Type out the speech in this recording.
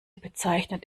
bezeichnet